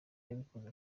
yabikoze